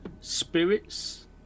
spirits